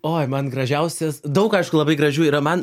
oi man gražiausias daug aišku labai gražių yra man